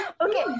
Okay